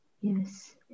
Yes